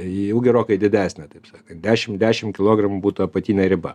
jau gerokai didesnę taip sakant dešim dešim kilogramų būtų apatinė riba